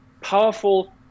powerful